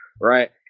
right